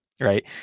right